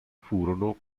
furono